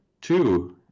two